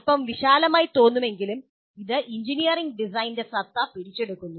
അല്പം വിശാലമായി തോന്നുമെങ്കിലും ഇത് എഞ്ചിനീയറിംഗ് ഡിസൈനിന്റെ സത്ത പിടിച്ചെടുക്കുന്നു